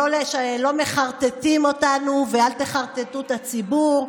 לא מחרטטים אותנו, ואל תחרטטו את הציבור.